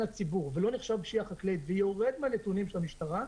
לציבור ולא נחשב פשיעה חקלאית ויורד מהנתונים של המשטרה,